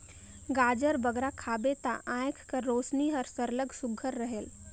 गाजर बगरा खाबे ता आँएख कर रोसनी हर सरलग सुग्घर रहेल